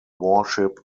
worship